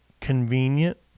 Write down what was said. convenient